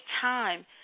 time